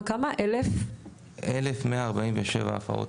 1,147 הפרות.